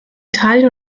italien